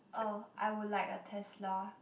oh I would like a Tesla